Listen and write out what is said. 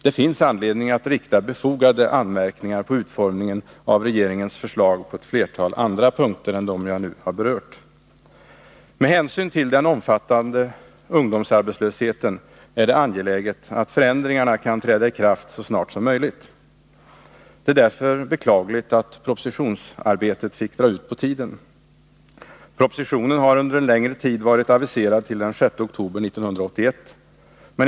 Det finns anledning att rikta befogade anmärkningar mot utformningen av regeringens förslag på ett flertal andra punkter än dem som jag nu har berört. Med hänsyn till den omfattande ungdomsarbetslösheten är det angeläget att förändringarna kan träda i kraft så snart som möjligt. Det är därför beklagligt att propositionsarbetet fick dra ut på tiden. Propositionen har under en längre tid varit aviserad till den 6 oktober 1981.